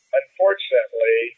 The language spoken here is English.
unfortunately